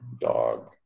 dog